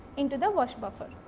into the wash buffer